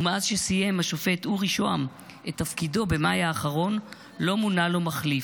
ומאז שסיים השופט אורי שהם את תפקידו במאי האחרון לא מונה לו מחליף.